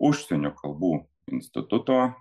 užsienio kalbų instituto